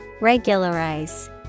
Regularize